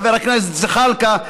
חבר הכנסת זחאלקה,